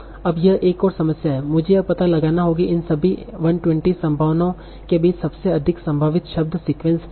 अब यह एक और समस्या है मुझे यह पता लगाना होगा कि इन सभी 120 संभावनाओं के बीच सबसे अधिक संभावित शब्द सीक्वेंस क्या है